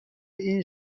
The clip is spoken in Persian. این